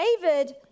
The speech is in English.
David